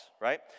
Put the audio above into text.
Right